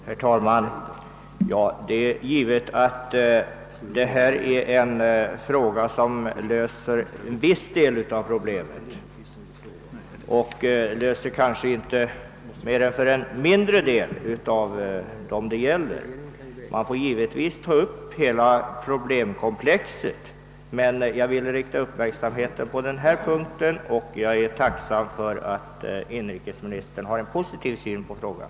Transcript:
Herr talman! Det är givet att det här rör sig om en lösning för endast en mindre del av de berörda. Man får naturligtvis ta upp hela problemkomplexet, men jag har velat fästa uppmärksamheten på just denna punkt och är tacksam för att inrikesministern ändå har en så pass positiv syn på saken.